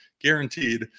guaranteed